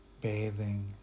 bathing